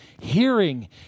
hearing